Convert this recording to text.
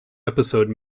episode